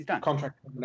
contract